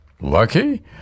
Lucky